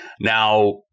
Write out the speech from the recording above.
Now